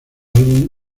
álbum